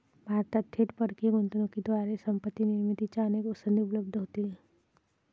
भारतात थेट परकीय गुंतवणुकीद्वारे संपत्ती निर्मितीच्या अनेक संधी उपलब्ध होतील